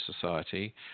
Society